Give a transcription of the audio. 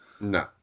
No